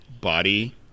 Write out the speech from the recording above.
body